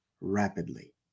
rapidly